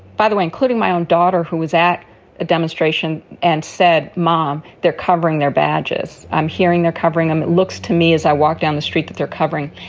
by the way, including my own daughter, who was at a demonstration and said, mom, they're covering their badges. i'm hearing they're covering them. it looks to me, as i walk down the street that they're covering.